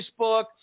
Facebook